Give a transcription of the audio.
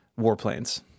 warplanes